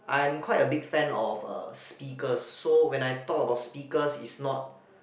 I am quite a big fan of uh speakers so when I talk about speakers it's not